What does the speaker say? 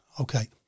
Okay